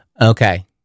okay